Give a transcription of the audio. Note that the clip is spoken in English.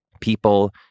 people